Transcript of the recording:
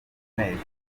ntibajye